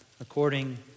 according